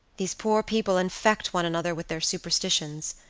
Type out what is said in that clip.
these poor people infect one another with their superstitions,